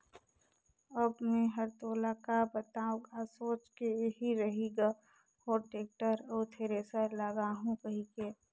अब मे हर तोला का बताओ गा सोच के एही रही ग हो टेक्टर अउ थेरेसर लागहूँ कहिके